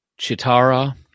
Chitara